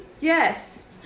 yes